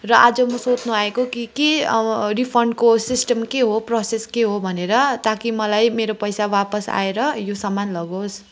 र आज म सोध्नुआएको कि के अब रिफन्डको सिस्टम के हो प्रोसेस के हो भनेर ताकि मलाई मेरो पैसा वापस आएर यो सामान लगोस्